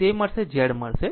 તે મળશે Z Z મળશે